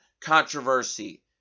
controversy